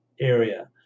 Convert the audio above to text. area